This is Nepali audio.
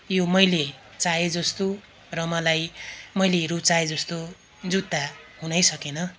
यो मैले चाहेजस्तो र मलाई मैले रुचाएजस्तो जुत्ता हुनै सकेन